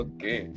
Okay